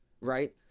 right